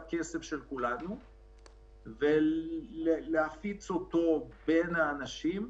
את הכסף של כולנו ולהפיץ אותו בין האנשים.